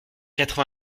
quatre